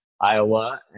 Iowa